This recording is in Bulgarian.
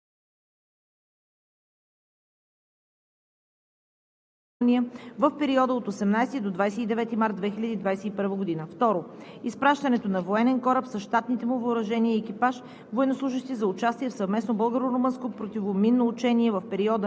в периода от 18 до 29 март 2021 г. Второ, изпращането на военен кораб с щатните му въоръжение и екипаж